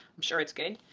i'm sure it's good.